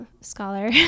Scholar